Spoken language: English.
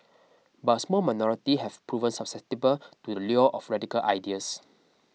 but a small minority have proven susceptible to the lure of radical ideas